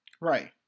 right